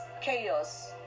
chaos